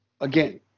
again